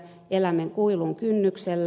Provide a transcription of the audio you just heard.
elämme kuilun kynnyksellä